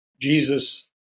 Jesus